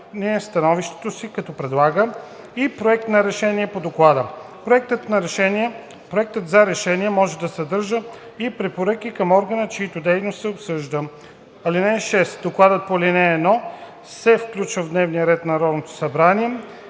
становището си, като предлага и проект за решение по доклада. Проектът за решение може да съдържа и препоръки към органа, чиято дейност се обсъжда. (6) Докладът по ал. 1 се включва в дневния ред на